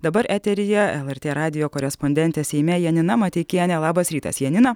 dabar eteryje lrt radijo korespondentė seime janina mateikienė labas rytas janina